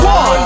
One